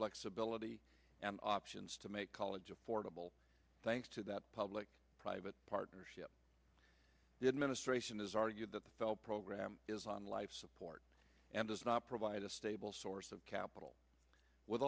flexibility and options to make college affordable thanks to that public private partnership the administration has argued that fell program is on life support and does not provide a stable source of capital with